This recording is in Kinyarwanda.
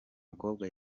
mukobwa